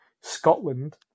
Scotland